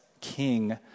King